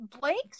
Blake's